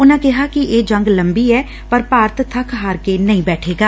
ਉਨੂਾਂ ਕਿਹਾ ਕਿ ਇਹ ਜੰਗ ਲੰਬੀ ਐ ਪਰ ਭਾਰਤ ਬੱਕ ਹਾਰ ਕੇ ਨਹੀਾਂ ਬੈਠੇਗਾ